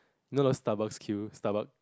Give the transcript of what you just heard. no no Starbucks queue Starbucks